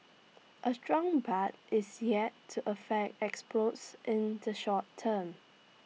A strong baht is yet to affect exports in the short term